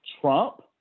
Trump